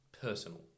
personal